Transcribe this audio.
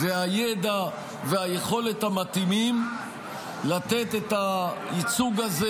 הידע והיכולת המתאימים לתת את הייצוג הזה